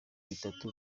bitatu